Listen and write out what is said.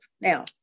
Now